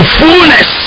fullness